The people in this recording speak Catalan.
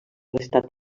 restat